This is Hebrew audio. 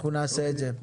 אנחנו נעשה את זה.